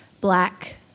black